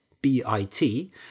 B-I-T